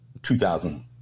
2,000